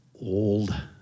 old